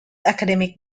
academic